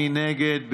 מי נגד?